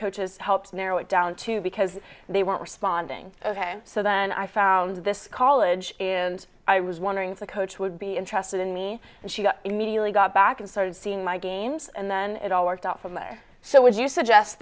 coaches helped to narrow it down to because they were responding ok so then i found this college is i was wondering if the coach would be interested in me and she got immediately got back and sort of seen my games and then it all worked out from there so would you suggest